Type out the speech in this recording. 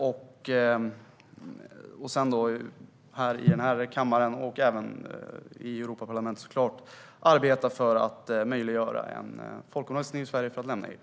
Sedan vill vi arbeta här i kammaren och även i Europaparlamentet för att möjliggöra en folkomröstning i Sverige för att lämna EU.